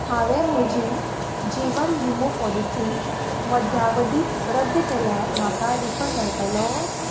हांवें म्हजी जिवन विमो पॉलिसी मध्यावधी रद्द केल्यार म्हाका रिफंड मेळटलो